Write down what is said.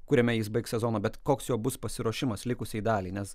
kuriame jis baigs sezoną bet koks jo bus pasiruošimas likusiai daliai nes